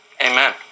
Amen